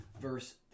verse